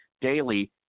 daily